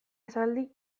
esaldi